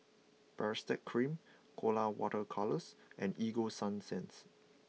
Baritex Cream Colora Water Colours and Ego Sunsense